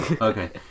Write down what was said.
Okay